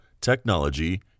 technology